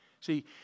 See